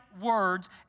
words